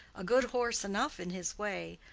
a good horse enough in his way,